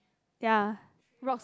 ya rocks